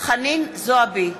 חנין זועבי,